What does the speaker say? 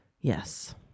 Yes